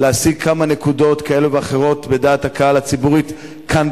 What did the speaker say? להשיג כמה נקודות כאלה ואחרות בדעת הקהל הציבורית כאן,